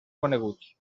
coneguts